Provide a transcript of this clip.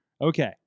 Okay